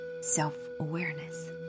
self-awareness